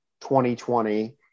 2020